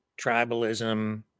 tribalism